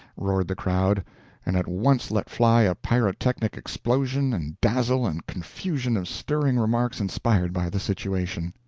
roared the crowd and at once let fly a pyrotechnic explosion and dazzle and confusion of stirring remarks inspired by the situation.